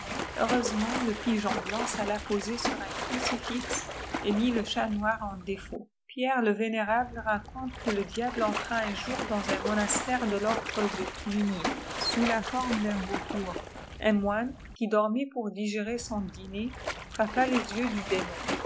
heureusement le pi geon blanc s'alla poser sur un crucifix et mit le çhêx noir en défaut pierre le vénérable raconte que le diable entra uu jpur dans un monastère de tordre de cluni sous la forme d'un vautour un moine qui dormait pour digérer son dinër frappa les yeux du démon